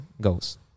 goes